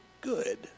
good